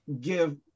give